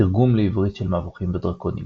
תרגום לעברית של מבוכים ודרקונים